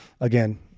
Again